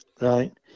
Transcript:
Right